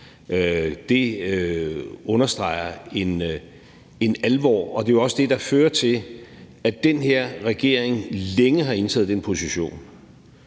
understreger en alvor. Og det er jo også det, der har ført til, at den her regering længe har indtaget den position,